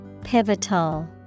Pivotal